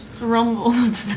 Rumble